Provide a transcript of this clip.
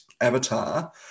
avatar